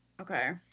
okay